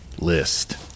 list